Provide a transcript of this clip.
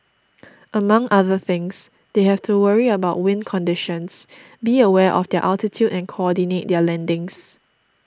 among other things they have to worry about wind conditions be aware of their altitude and coordinate their landings